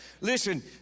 Listen